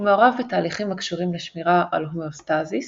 הוא מעורב בתהליכים הקשורים לשמירה על הומאוסטזיס